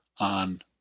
on